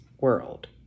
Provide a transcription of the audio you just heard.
world